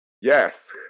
Yes